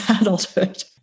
adulthood